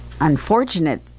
unfortunate